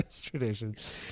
traditions